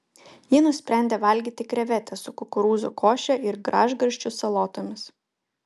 ji nusprendė valgyti krevetes su kukurūzų koše ir gražgarsčių salotomis